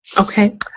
Okay